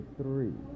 three